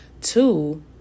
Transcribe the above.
Two